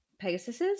Pegasus